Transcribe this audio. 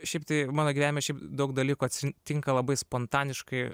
šiaip tai mano gyvenime šiaip daug dalykų atsitinka labai spontaniškai